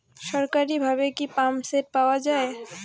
সরকারিভাবে কি পাম্পসেট পাওয়া যায়?